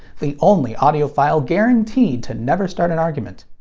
the only audio-file guaranteed to never start an argument.